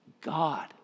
God